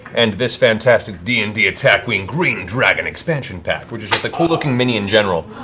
and this fantastic d and d attack wing green dragon expansion pack, which is just a cool looking mini in general.